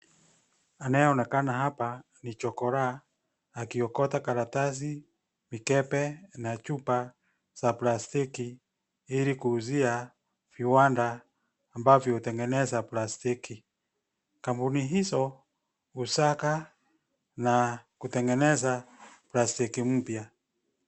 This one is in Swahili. Anayeonekana hapa ni chokoraa, akiokota karatasi, mikebe, na chupa za plastiki ili kuuzia viwanda ambavyo hutengeneza plastiki. Kampuni hizo husaka na kutengeneza plastiki mpya.